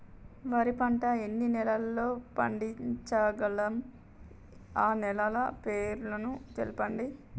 వరి పంట ఎన్ని నెలల్లో పండించగలం ఆ నెలల పేర్లను తెలుపండి?